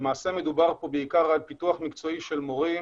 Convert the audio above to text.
מדובר על פיתוח מקצועי של מורים,